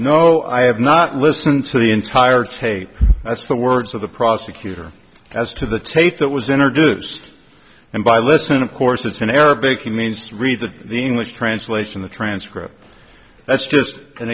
no i have not listened to the entire tape that's the words of the prosecutor as to the tape that was introduced and by listen of course it's in arabic it means three that the english translation the transcript that's just an